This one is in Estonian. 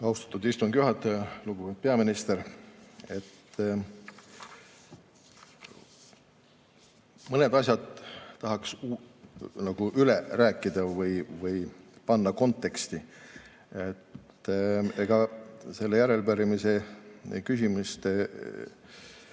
Austatud istungi juhataja! Lugupeetud peaminister! Mõned asjad tahaks üle rääkida või panna konteksti. Ega selle järelepärimise küsimuste